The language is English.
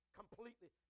completely